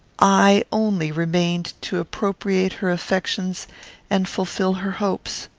i only remained to appropriate her affections and fulfil her hopes.